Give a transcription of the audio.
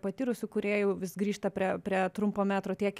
patyrusių kūrėjų vis grįžta prie prie trumpo metro tiek